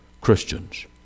Christians